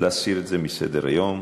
להסיר את זה מסדר-היום.